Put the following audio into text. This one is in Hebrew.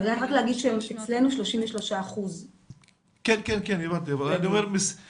אני יודעת להגיד שאצלנו 33%. כנראה